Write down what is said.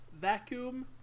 Vacuum